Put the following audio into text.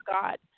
God